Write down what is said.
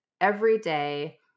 everyday